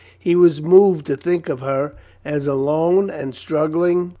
he was moved to think of her as alone and struggling,